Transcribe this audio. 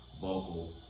vocal